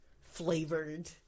flavored